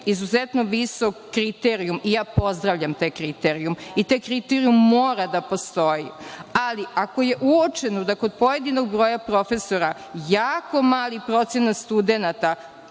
izuzetno visok kriterijum, i ja pozdravljam taj kriterijum i taj kriterijum mora da postoji, ali, ako je uočeno da kod pojedinog broja profesora jako mali procenat studenata